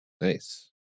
Nice